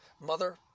mother